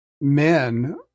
men